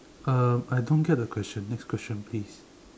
um I don't get the question next question please